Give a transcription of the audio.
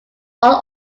all